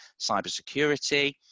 cybersecurity